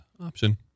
option